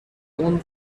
اون